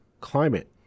climate